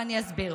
ואני אסביר.